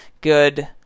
good